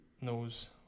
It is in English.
knows